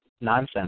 nonsense